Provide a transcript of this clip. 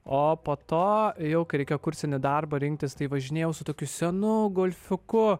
o po to jau kai reikėjo kursinį darbą rinktis tai važinėjau su tokiu senu golfuku